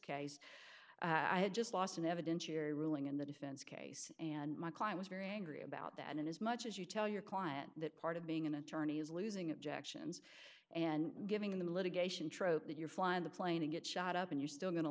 case i had just lost an evidentiary ruling in the defense case and my client was very angry about that and as much as you tell your client that part of being an attorney is losing objections and giving in the litigation trope that you're flying the plane to get shot up and you're still go